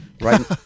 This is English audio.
Right